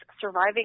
surviving